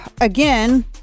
again